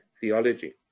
theology